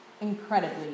incredibly